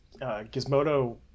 gizmodo